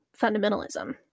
fundamentalism